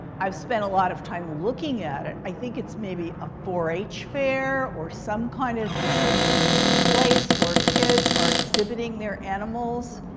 i've spent a lot of time looking at it. i think it's maybe a four h fair or some kind of place where kids are exhibiting their animals.